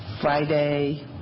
Friday